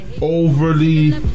overly